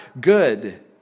good